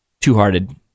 Two-Hearted